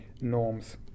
norms